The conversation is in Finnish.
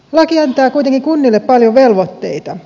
laki antaa kuitenkin kunnille paljon velvoitteita